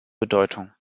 bedeutung